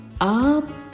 up